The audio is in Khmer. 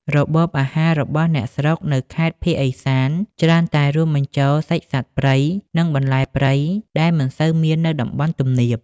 របបអាហាររបស់អ្នកស្រុកនៅខេត្តភាគឦសាន ច្រើនតែរួមបញ្ចូលសាច់សត្វព្រៃ និងបន្លែព្រៃដែលមិនសូវមាននៅតំបន់ទំនាប។